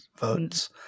votes